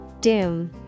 Doom